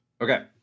Okay